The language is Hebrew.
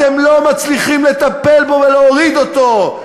אתם לא מצליחים לטפל בו ולהוריד אותו.